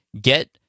get